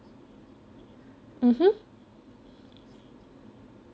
mmhmm